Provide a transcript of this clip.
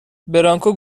برانکو